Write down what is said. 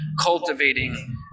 cultivating